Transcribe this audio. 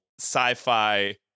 sci-fi